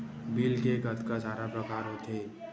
Bill के कतका सारा प्रकार होथे?